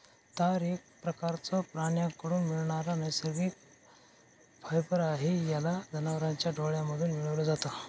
तार एक प्रकारचं प्राण्यांकडून मिळणारा नैसर्गिक फायबर आहे, याला जनावरांच्या डोळ्यांमधून मिळवल जात